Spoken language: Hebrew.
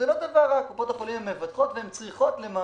זה לא דבר רע,